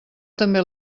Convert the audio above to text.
també